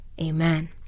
Amen